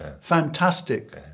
fantastic